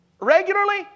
regularly